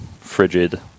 frigid